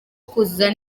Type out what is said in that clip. kuzuza